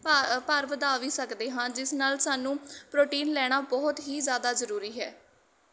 ਭਾ ਭਾਰ ਵਧਾ ਵੀ ਸਕਦੇ ਹਾਂ ਜਿਸ ਨਾਲ ਸਾਨੂੰ ਪ੍ਰੋਟੀਨ ਲੈਣਾ ਬਹੁਤ ਹੀ ਜ਼ਿਆਦਾ ਜ਼ਰੂਰੀ ਹੈ